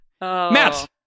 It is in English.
Matt